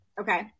Okay